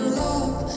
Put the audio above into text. love